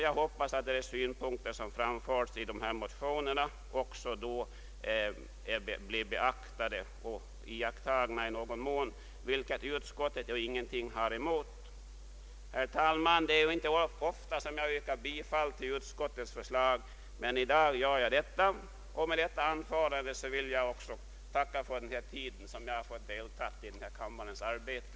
Jag hoppas att de synpunkter som framförts i dessa motioner då blir beaktade i någon mån, vilket utskottet ingenting har emot. Herr talman! Det är inte ofta som jag yrkar bifall till utskottets förslag, men i dag gör jag det. Med detta anförande vill jag också tacka för den tid jag har fått delta i denna kammares arbete.